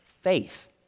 faith